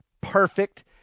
perfect